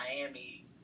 Miami